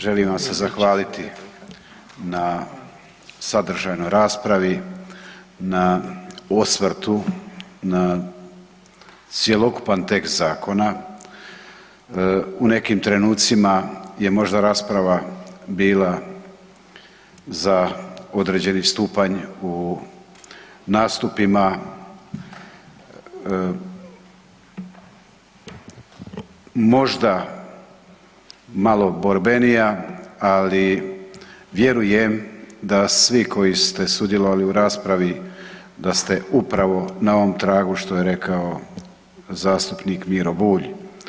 Želim vas se zahvaliti na sadržajnoj raspravi, na osvrtu, na cjelokupan tekst zakona, u nekim trenucima je možda rasprava bila za određeni stupanj u nastupima, možda malo borbenija ali vjerujem da svi koji ste sudjelovali u raspravi, da ste upravo na ovom tragu što je rekao zastupnik Miro Bulj.